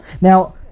Now